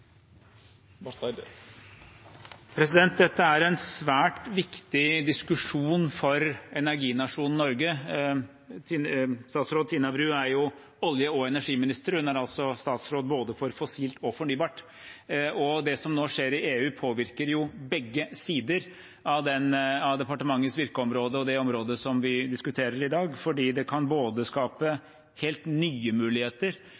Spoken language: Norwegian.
Dette er en svært viktig diskusjon for energinasjonen Norge. Statsråd Tina Bru er jo olje- og energiminister. Hun er altså statsråd for både fossilt og fornybart. Det som nå skjer i EU, påvirker begge sider av departementets virkeområde og det området som vi diskuterer i dag, fordi det kan skape helt nye muligheter